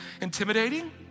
intimidating